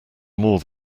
more